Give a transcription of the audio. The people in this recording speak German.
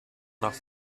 nach